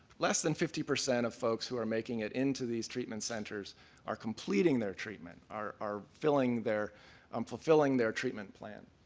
less than fifty percent of folks who are making it into these treatment centers are completing their treatment, are are fulfilling their um fulfilling their treatment plan.